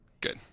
good